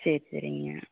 சரி சரிங்க